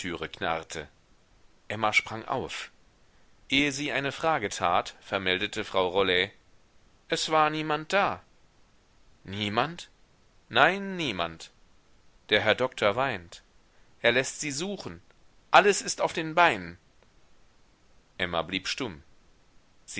emma sprang auf ehe sie eine frage tat vermeldete frau rollet es war niemand da niemand nein niemand der herr doktor weint er läßt sie suchen alles ist auf den beinen emma blieb stumm